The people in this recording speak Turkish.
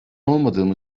olmadığımı